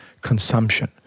consumption